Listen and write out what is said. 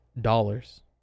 dollars